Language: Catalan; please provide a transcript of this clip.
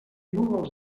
núvols